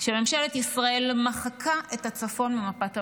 נדמה שממשלת ישראל מחקה את הצפון ממפת הממשלה.